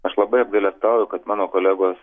aš labai apgailestauju kad mano kolegos